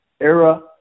era